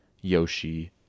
Yoshi